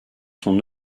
son